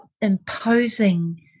imposing